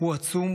הוא עצום,